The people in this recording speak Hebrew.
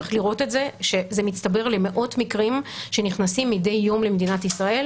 צריך לראות שזה מצטבר למאות מקרים שנכנסים מדי יום למדינת ישראל,